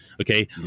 Okay